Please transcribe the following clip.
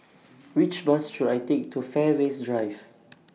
Which Bus should I Take to Fairways Drive